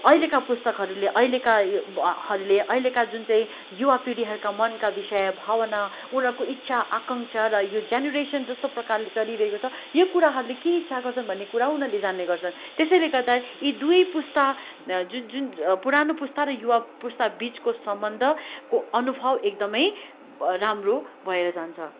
अहिलेका पुस्ताकाहरूले अहिलेकाहरूले अहिलेका जुन चाहिँ युवा पिँढीहरूका मनका विषय भावना उनीहरूको इच्छा आकाङ्क्षा र यो जेनेरेसन जस्तो प्रकारले चलिरहेको छ यो कुराहरूले के इच्छा गर्छन् भन्ने कुरा उनीहरूले जान्ने गर्छन् त्यसैले गर्दा यी दुवै पुस्ता र जुन जुन पुरानो पुस्ता र युवा पुस्ता बिचको सम्बन्धको अनुभव एकदमै राम्रो भएर जान्छ